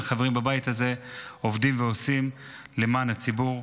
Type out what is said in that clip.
חברים בבית הזה עובדים ועושים למען הציבור.